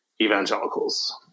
evangelicals